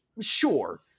sure